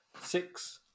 Six